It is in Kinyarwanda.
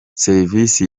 serivisi